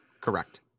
Correct